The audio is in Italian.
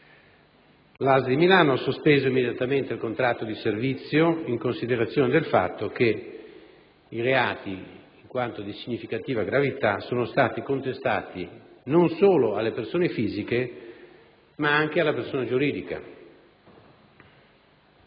La ASL di Milano ha sospeso immediatamente il contratto di servizio in considerazione del fatto che i reati, in quanto di significativa gravità, sono stati contestati non solo alle persone fisiche ma anche alla persona giuridica.